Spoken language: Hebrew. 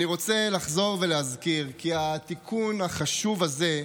אני רוצה לחזור ולהזכיר כי התיקון החשוב הזה,